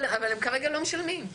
אבל הם לא משלמים כרגע.